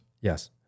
Yes